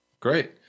Great